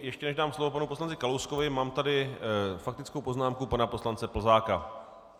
Ještě než dám slovo panu poslanci Kalouskovi, mám tady faktickou poznámku pana poslance Plzáka.